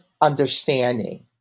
understanding